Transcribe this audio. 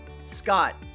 Scott